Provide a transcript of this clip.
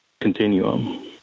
continuum